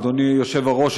אדוני היושב-ראש,